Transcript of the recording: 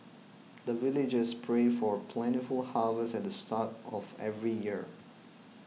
the villagers pray for plentiful harvest at the start of every year